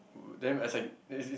them as I then is